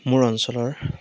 মোৰ অঞ্চলৰ